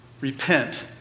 repent